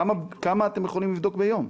כמה אתם יכולים לבדוק ביום?